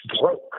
broke